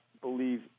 believe